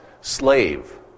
slave